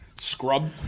Scrub